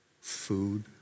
food